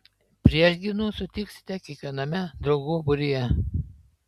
priešgynų sutiksite kiekviename draugų būryje